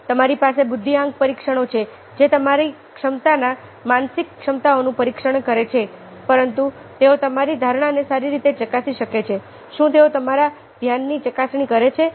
તમારી પાસે બુદ્ધિઆંક પરીક્ષણો છે જે તમારી ક્ષમતાની માનસિક ક્ષમતાઓનું પરીક્ષણ કરે છે પરંતુ તેઓ તમારી ધારણાને સારી રીતે ચકાસી શકે છે શું તેઓ તમારા ધ્યાનની ચકાસણી કરે છે